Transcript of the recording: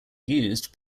used